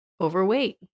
overweight